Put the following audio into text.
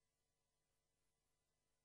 תודה רבה לחברת הכנסת מרב מיכאלי.